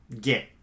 get